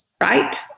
right